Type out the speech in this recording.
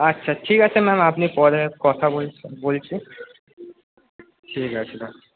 আচ্ছা ঠিক আছে ম্যাম আপনি পরে কথা বলছি বলছি ঠিক আছে রাখছি